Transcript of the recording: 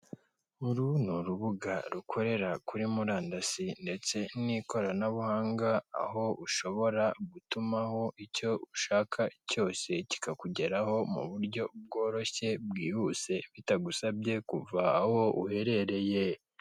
Uru ni urubuga rukorera kuri murandasi ndetse n'ikoranabuhanga aho ushobora gutumaho icyo ushaka cyose kikakugeraho mu buryo bworoshye bwihuse bitagusabye kuva aho uherereye.